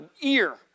ear